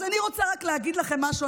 אז אני רוצה רק להגיד לכם משהו,